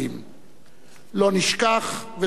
לא נשכח ולא נשכיח את הטרור.